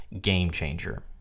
game-changer